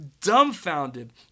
dumbfounded